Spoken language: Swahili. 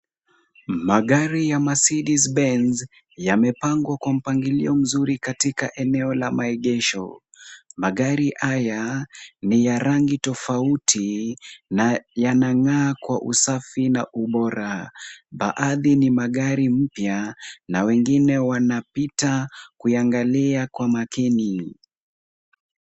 Magari ya Mercedes Benz yamepangwa kwa mpangilio mzuri katika eneo la maegesho. Magari haya ni ya rangi tofauti na yanang'aa kwa usafi na ubora. Baadhi ni magari mpya na wengine wanapita kuiangalia kwa makini.